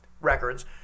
records